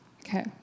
Okay